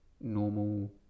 normal